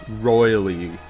royally